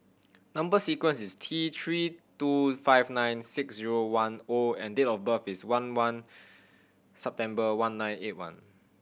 number sequence is T Three two five nine six zero one O and date of birth is one one September one nine eight one